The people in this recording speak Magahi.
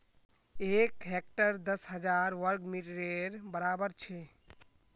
एक हेक्टर दस हजार वर्ग मिटरेर बड़ाबर छे